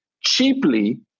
cheaply